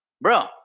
Bro